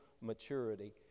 maturity